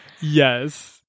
yes